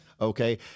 Okay